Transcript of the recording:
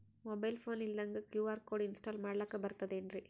Mobile phone ಇಲ್ದಂಗ QR code install ಮಾಡ್ಲಕ ಬರ್ತದೇನ್ರಿ?